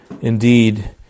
indeed